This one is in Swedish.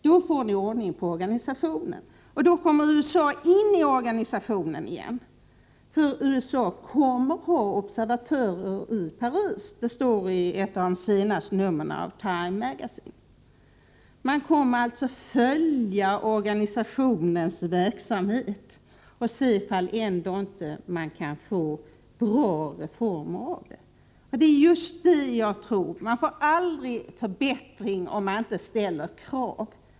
Då får ni ordning på organisationen, och då kommer USA in i organisationen igen — för USA kommer att ha observatörer i Paris. Det står i ett av de senaste numren av Time Magazine. Man kommer alltså att följa organisationens verksamhet och se om inte bra reformer kan genomföras. Man får aldrig några förbättringar om man inte ställer krav.